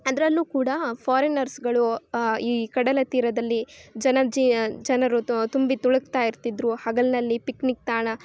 ಅದರಲ್ಲೂ ಕೂಡ ಫಾರಿನರ್ಸ್ಗಳು ಈ ಕಡಲತೀರದಲ್ಲಿ ಜನ ಜೀ ಜನರು ತುಂಬಿ ತುಳುಕ್ತಾ ಇರ್ತಿದ್ದರು ಹಗಲಿನಲ್ಲಿ ಪಿಕ್ನಿಕ್ ತಾಣ